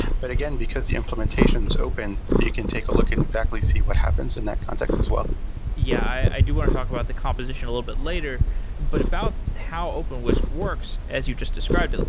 but again, because the implementation's open, you can take a look and exactly see what happens in that context as well yeah, i do want to talk about the composition a little bit later but about how openwhisk works as just described,